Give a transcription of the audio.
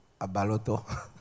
Abaloto